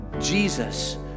Jesus